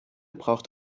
braucht